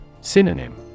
Synonym